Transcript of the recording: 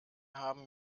haben